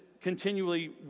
continually